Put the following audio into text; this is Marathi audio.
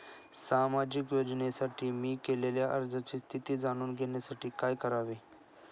सामाजिक योजनेसाठी मी केलेल्या अर्जाची स्थिती जाणून घेण्यासाठी काय करावे?